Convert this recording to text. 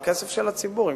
זה כסף של הציבור,